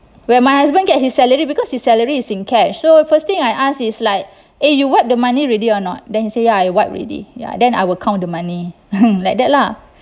when my husband get his salary because his salary is in cash so first thing I ask is like eh you wiped the money already or not then he say ya I wipe already ya then I will count the money like that lah